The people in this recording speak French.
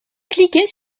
cliquez